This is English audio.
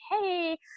hey